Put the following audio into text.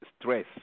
stress